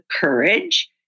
courage